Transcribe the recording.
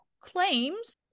claims